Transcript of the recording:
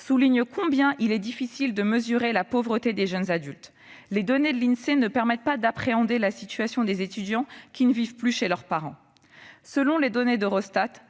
souligne combien il est difficile de mesurer la pauvreté des jeunes adultes. Les données de l'Insee ne permettent pas d'appréhender la situation des étudiants qui ne vivent plus chez leurs parents. Selon les données d'Eurostat,